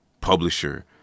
publisher